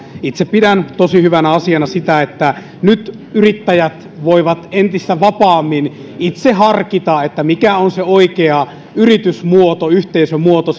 itse pidän tosi hyvänä asiana sitä että nyt yrittäjät voivat entistä vapaammin itse harkita mikä on se oikea yritysmuoto yhteisömuoto